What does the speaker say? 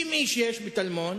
60 איש יש בטלמון.